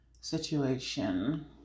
situation